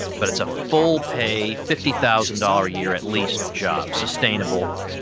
but it's a full pay fifty thousand dollars year, at least, job sustainable.